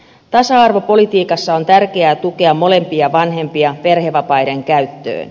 tasa arvopolitiikassa on tärkeää tukea molempia vanhempia perhevapaiden käyttöön